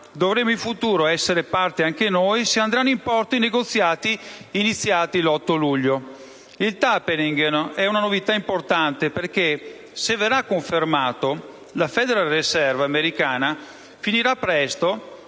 dovremmo essere parte anche noi se andranno in porto i negoziati iniziati l'8 luglio). Il *tapering* è una novità importante perché, se verrà confermato, la Federal Reserve americana finirà presto